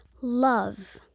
love